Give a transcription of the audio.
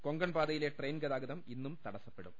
കൊങ്കൺപാതയിലെ ട്രെയിൻഗതാഗതം ഇന്നും തടസ്സപ്പെടും